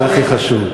זה הכי חשוב.